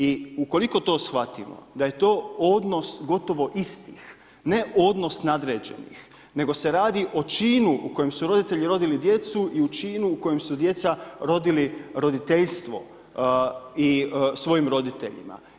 I ukoliko to shvatimo da je to odnos gotovo istih, ne odnos nadređenih, nego se radi o činu u kojem su roditelji rodili djecu i u činu u kojem su djeca rodili roditeljstvo i svojim roditeljima.